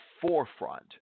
forefront